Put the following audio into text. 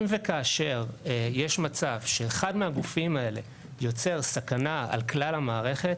אם וכאשר יש מצב שאחד מהגופים האלה יוצר סכנה על כלל המערכת,